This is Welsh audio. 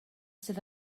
sydd